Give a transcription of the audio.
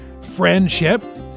friendship